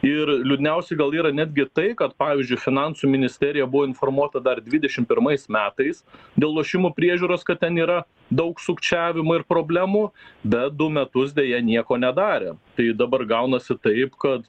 ir liūdniausia gal yra netgi tai kad pavyzdžiui finansų ministerija buvo informuota dar dvidešimt pirmais metais dėl lošimų priežiūros kad ten yra daug sukčiavimo ir problemų bet du metus deja nieko nedarė tai dabar gaunasi taip kad